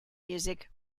music